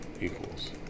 equals